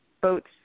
boats